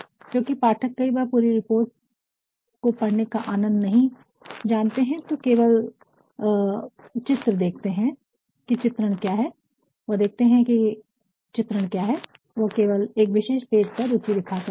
क्योंकि पाठक कई बार पूरी रिपोर्ट को पढ़ने का आनंद नहीं जानते हैं तो केवल देखते हैं की चित्रण क्या है वह केवल एक विशेष पेज पर रुचि दिखा सकते हैं